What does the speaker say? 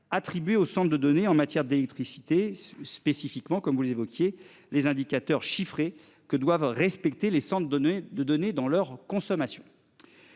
attribué au centre de données en matière d'électricité spécifiquement comme vous l'évoquiez les indicateurs chiffrés que doivent respecter les sans donner de données dans leur consommation.